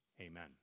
Amen